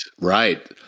Right